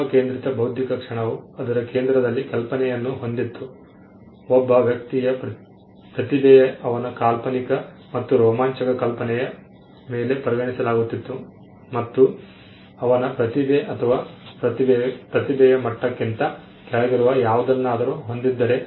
ಮಾನವ ಕೇಂದ್ರಿತ ಬೌದ್ಧಿಕ ಕ್ಷಣವು ಅದರ ಕೇಂದ್ರದಲ್ಲಿ ಕಲ್ಪನೆಯನ್ನು ಹೊಂದಿತ್ತು ಒಬ್ಬ ವ್ಯಕ್ತಿಯ ಪ್ರತಿಭೆಯು ಅವನ ಕಾಲ್ಪನಿಕ ಮತ್ತು ರೋಮಾಂಚಕ ಕಲ್ಪನೆಯ ಮೇಲೆ ಪರಿಗಣಿಸಲಾಗುತ್ತಿತ್ತು ಮತ್ತು ಅವನ ಪ್ರತಿಭೆ ಅಥವಾ ಪ್ರತಿಭೆಯ ಮಟ್ಟಕ್ಕಿಂತ ಕೆಳಗಿರುವ ಯಾವುದನ್ನಾದರೂ ಹೊಂದಿದ್ದರೆ